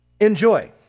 enjoy